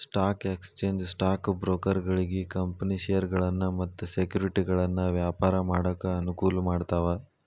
stock exchange stock ಬ್ರೋಕರ್ಗಳಿಗಿ company ಷೇರಗಳನ್ನ ಮತ್ತ ಸೆಕ್ಯುರಿಟಿಗಳನ್ನ ವ್ಯಾಪಾರ ಮಾಡಾಕ ಅನುಕೂಲ ಮಾಡ್ತಾವ